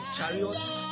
Chariots